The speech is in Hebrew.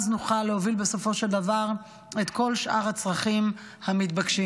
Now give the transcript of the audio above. נוכל להוביל בסופו של דבר את כל שאר הצרכים המתבקשים.